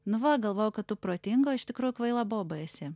nu va galvojau kad tu protinga o iš tikrųjų kvaila boba esi